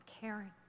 caring